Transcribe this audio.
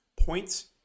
points